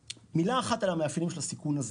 מאפייני הסיכון הזה